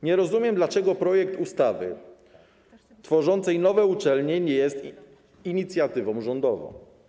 Nie rozumiem, dlaczego projekt ustawy tworzącej nowe uczelnie nie jest inicjatywą rządową.